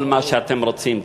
כל מה שאתם רוצים.